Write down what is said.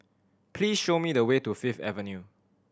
please show me the way to Fifth Avenue